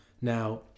now